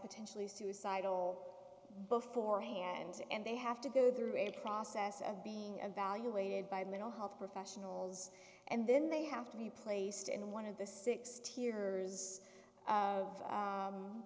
potentially suicidal beforehand and they have to go through a process of being a valuated by mental health professionals and then they have to be placed in one of the six tier